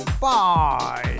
Bye